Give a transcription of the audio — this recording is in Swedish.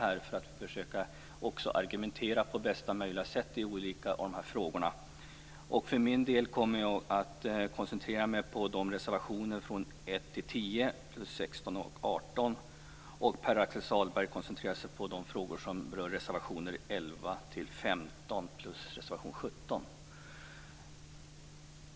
På det viset skall vi försöka argumentera på bästa möjliga sätt i de olika frågorna. För min del kommer jag att koncentrera mig på reservationerna 1-10 plus 16 och 18. Pär Axel Sahlberg koncentrerar sig på de frågor som berör reservationerna 11-15 plus reservation 17.